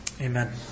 Amen